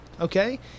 okay